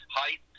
height